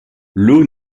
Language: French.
l’eau